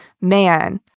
man